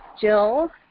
Jill